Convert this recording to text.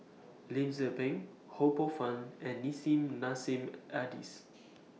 Lim Tze Peng Ho Poh Fun and Nissim Nassim Adis